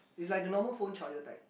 it's like the normal phone charger type